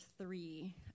three